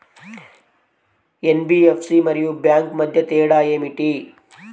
NBFC మరియు bank మధ్య తేడా ఏమిటి?